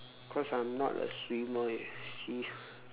cause I'm not a swimmer eh you see